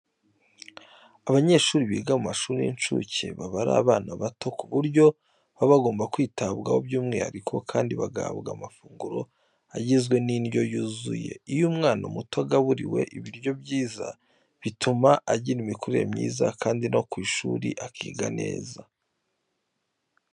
Abanyeshuri biga mu mashuri y'inshuke baba ari abana bato ku buryo baba bagomba kwitabwaho by'umwihariko kandi bagahabwa n'amafunguro agizwe n'indyo yuzuye. Iyo umwana muto agaburiwe ibiryo byiza, bituma agira imikurire myiza kandi no ku ishuri akiga neza.